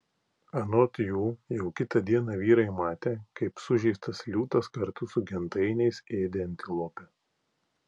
anot jų jau kitą dieną vyrai matė kaip sužeistas liūtas kartu su gentainiais ėdė antilopę